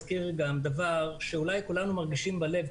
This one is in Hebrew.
דבר שאולי כולנו מרגישים בלב,